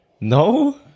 no